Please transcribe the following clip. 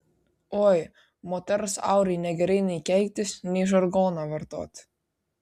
oi moters aurai negerai nei keiktis nei žargoną vartoti